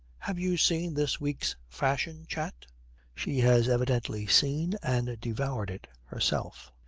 have you seen this week's fashion chat she has evidently seen and devoured it herself,